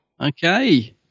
Okay